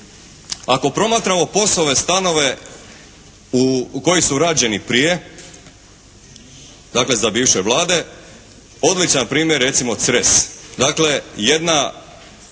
Ako promatramo POS-ove stanove koji su rađeni prije, dakle za bivše Vlade odličan primjer recimo Cres. Dakle, jedno